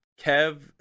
Kev